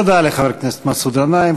תודה לחבר הכנסת מסעוד גנאים.